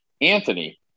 Anthony